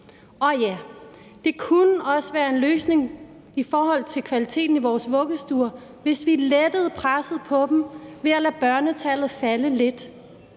Og ja, det kunne også være en løsning i forhold til kvaliteten i vores vuggestuer, hvis vi lettede presset på dem ved at lade børnetallet falde lidt.